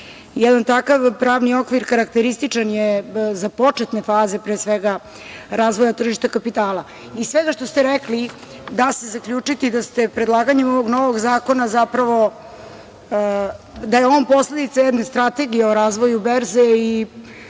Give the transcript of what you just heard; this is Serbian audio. Jedan takav pravni okvir karakterističan je za početne faze pre svega razvoja tržišta kapitala. Iz svega što ste rekli da se zaključiti da ste predlaganjem ovog novog zakona zapravo, da je on posledica jedne strategije o razvoju berze i